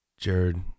jared